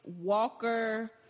Walker